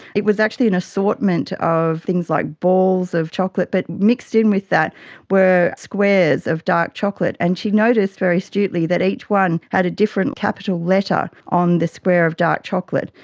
it was actually an assortment of things like balls of chocolate, but mixed in with that were squares of dark chocolate, and she noticed very astutely that each one had a different capital letter on the square of dark chocolate.